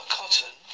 cotton